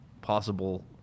possible